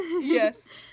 Yes